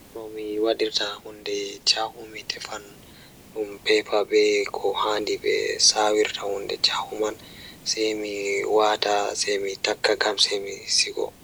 Nomi waɗirta Miɗo waawataa waawi sowde ngoodi ngal e hoore ngal baɗɗo fiyaangu ngal, waɗude fiyaangu goɗɗo ngam njiddaade ngal hoore ngal. Miɗo waawataa hokkude hertunde ngal ndiyam goɗɗo kadi waɗude njiddaade fiyaangu ngal.